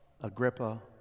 Agrippa